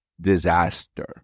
disaster